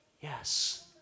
Yes